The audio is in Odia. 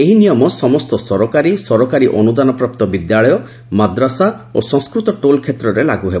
ଏହି ନିୟମ ସମ୍ଠ ସରକାରୀ ସରକାରୀ ଅନୁଦାନପ୍ରାପ୍ତ ବିଦ୍ୟାଳୟ ମାଦ୍ରାସା ଓ ସଂସ୍କୃତ ଟୋଲ୍ କ୍ଷେତ୍ରରେ ଲାଗୁ ହେବ